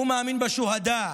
הוא מאמין בשוהדא,